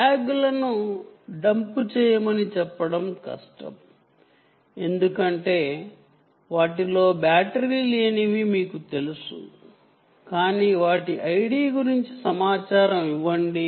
వాస్తవానికి dumb tag ల గురించి చెప్పడం కష్టం ఎందుకంటే వాటికి బ్యాటరీ ఉండదు మీకు తెలుసు కానీ వాటి ID గురించి సమాచారం ఇస్తాయి